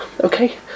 Okay